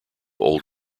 old